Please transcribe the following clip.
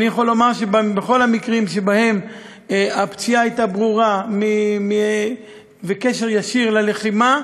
אני יכול לומר שבכל המקרים שבהם הפציעה הייתה בבירור בקשר ישיר ללחימה,